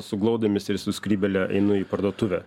su glaudėmis ir su skrybėle einu į parduotuvę